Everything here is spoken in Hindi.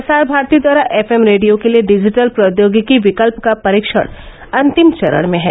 प्रसार भारती द्वारा एफएम रेडियो के लिए डिजिटल प्रौद्योगिकी विकल्प का परीक्षण अंतिम चरण में है